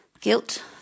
Guilt